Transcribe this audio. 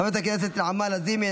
חברת הכנסת נעמה לזימי,